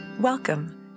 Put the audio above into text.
Welcome